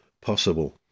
possible